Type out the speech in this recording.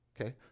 okay